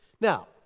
Now